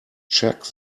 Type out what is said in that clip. check